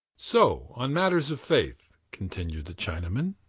so on matters of faith, continued the chinaman,